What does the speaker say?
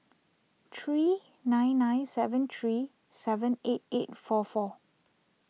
three nine nine seven three seven eight eight four four